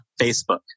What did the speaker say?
Facebook